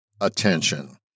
attention